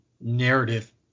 narrative